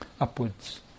upwards